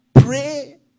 pray